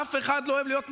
אף אחד לא אוהב להיות נסחט.